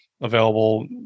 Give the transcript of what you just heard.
available